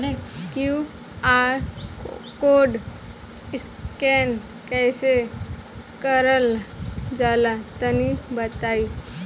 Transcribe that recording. QR code scan कैसे क़रल जला तनि बताई?